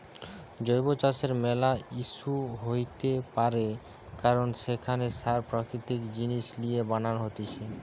জৈব চাষের ম্যালা ইস্যু হইতে পারে কারণ সেখানে সার প্রাকৃতিক জিনিস লিয়ে বানান হতিছে